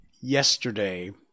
yesterday